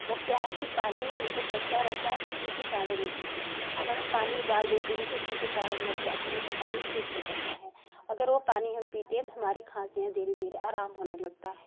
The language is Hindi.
वो क्या है कि पानी जो कच्चा रहता है तो उसमें कीटाणु रहती है अगर हम पानी उबाल देते हैं तो उसके कीटाणु मर जाते हैं तो पानी शुद्ध हो जाता है अगर वो पानी हम पीते हैं तो हमारी खांसियाँ धीरे धीरे आराम होने लगता है